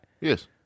Yes